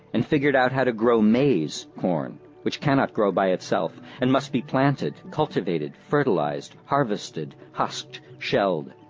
and figured out how to grow maize corn, which cannot grow by itself and must be planted, cultivated, fertilized, harvested, husked, shelled.